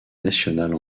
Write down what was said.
nationale